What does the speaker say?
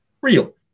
real